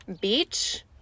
beach